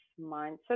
mindset